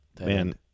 man